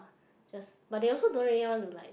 just but they also don't really want to like